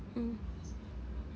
mm